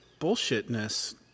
bullshitness